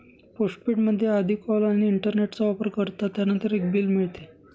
postpaid मध्ये आधी call आणि इंटरनेटचा वापर करतात, त्यानंतर एक बिल मिळते